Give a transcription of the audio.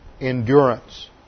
Endurance